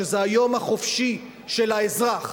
שזה היום החופשי של האזרח,